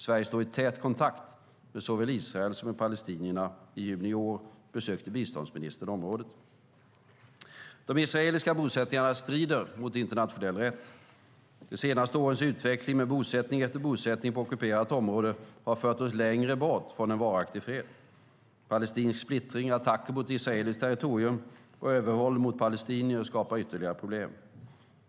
Sverige står i tät kontakt med såväl Israel som palestinierna. I juni i år besökte biståndsministern området. De israeliska bosättningarna strider mot internationell rätt. De senaste årens utveckling med bosättning efter bosättning på ockuperat område har fört oss längre bort från en varaktig fred. Palestinsk splittring, attacker mot israeliskt territorium och övervåld mot palestinier skapar ytterligare problem.